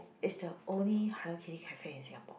it's the only Hello Kitty cafe in Singapore